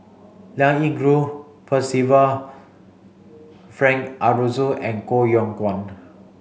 Liao Yingru Percival Frank Aroozoo and Koh Yong Guan